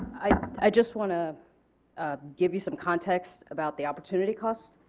i just want to give you some context about the opportunity cost.